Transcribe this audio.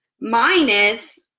minus